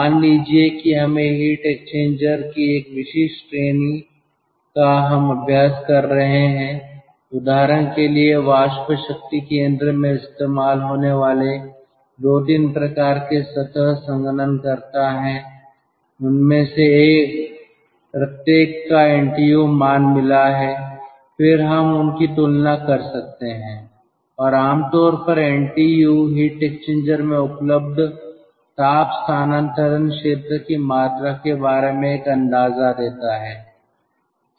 मान लीजिए कि हमें हीट एक्सचेंजर की एक विशेष श्रेणी का हम अभ्यास कर रहे हैं उदाहरण के लिए वाष्प शक्ति केंद्र में इस्तेमाल होने वाले दो तीन प्रकार के सतह संघनन कर्ता हैं उनमें से प्रत्येक का एनटीयू मान मिला है फिर हम उनकी तुलना कर सकते हैं और आमतौर पर एनटीयू हीट एक्सचेंजर में उपलब्ध ताप स्थानांतरण क्षेत्र की मात्रा के बारे में एक अंदाजा देता है